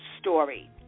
story